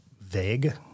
vague